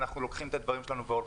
אנחנו לוקחים את הדברים שלנו והולכים.